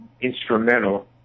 instrumental